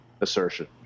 assertion